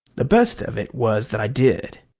the best of it was that i did.